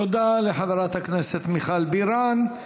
תודה לחברת הכנסת מיכל בירן.